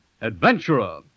Adventurer